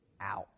out